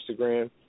Instagram